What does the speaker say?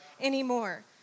anymore